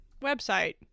Website